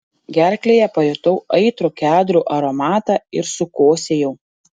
gerklėje pajutau aitrų kedrų aromatą ir sukosėjau